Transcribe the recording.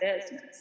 business